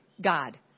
God